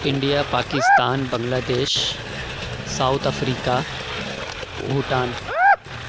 India Pakistan Bangladesh South Africa Bhutan